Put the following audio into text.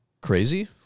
Crazy